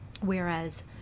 whereas